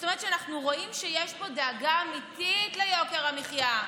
זאת אומרת שאנחנו רואים שיש פה דאגה אמיתית ליוקר המחיה,